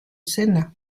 sénat